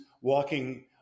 walking